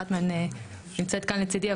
אחת מהן נמצאת כאן לצידי,